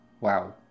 Wow